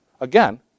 Again